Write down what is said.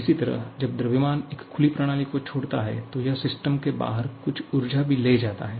इसी तरह जब द्रव्यमान एक खुली प्रणाली को छोड़ता है तो यह सिस्टम के बाहर कुछ ऊर्जा भी ले जाता है